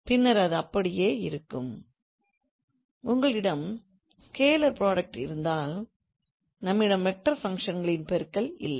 பின்னர் அது அப்படியே இருக்கும் உங்களிடம் scalar porduct இருந்தால் நம்மிடம் வெக்டார் ஃபங்க்ஷன் களின் பெருக்கல் இல்லை